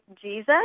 Jesus